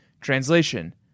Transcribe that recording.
Translation